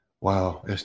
wow